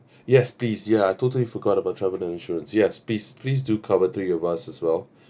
yes please ya totally forgot about travelling insurance yes please please do cover three of us as well